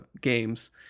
games